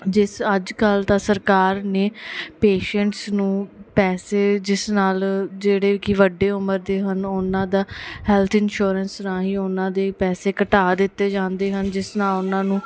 ਜਿਸ ਅੱਜ ਕੱਲ੍ਹ ਤਾਂ ਸਰਕਾਰ ਨੇ ਪੇਸ਼ੈਟਸ ਨੂੰ ਪੈਸੇ ਜਿਸ ਨਾਲ ਜਿਹੜੇ ਕਿ ਵੱਡੇ ਉਮਰ ਦੇ ਹਨ ਉਹਨਾਂ ਦਾ ਹੈਲਥ ਇਨਸ਼ੋਰੈਂਸ ਰਾਹੀਂ ਉਹਨਾਂ ਦੇ ਪੈਸੇ ਘਟਾ ਦਿੱਤੇ ਜਾਂਦੇ ਹਨ ਜਿਸ ਨਾਲ ਉਹਨਾਂ ਨੂੰ